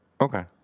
Okay